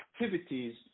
activities